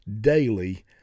daily